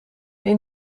این